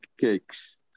cakes